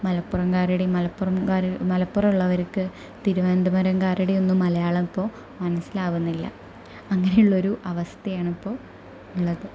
മലപ്പുറംകാരുടെയും മലപ്പുറംക്കാർ മലപ്പുറം ഉള്ളവർക്ക് തിരുവനന്തപുരം കാരുടെ ഒന്നും മലയാളം ഇപ്പോൾ മനസ്സിലാകുന്നില്ല അങ്ങനെയുള്ള ഒരു അവസ്ഥയാണ് ഇപ്പോൾ ഉള്ളത്